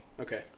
Okay